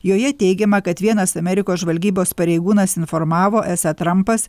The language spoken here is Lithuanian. joje teigiama kad vienas amerikos žvalgybos pareigūnas informavo esą trampas